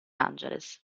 angeles